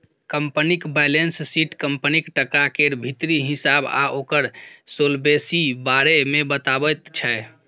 कंपनीक balance sheet कंपनीक टका केर भीतरी हिसाब आ ओकर सोलवेंसी बारे मे बताबैत छै